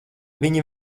viņi